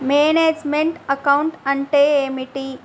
Manage meant account అంటే ఏమిటి?